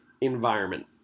environment